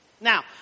Now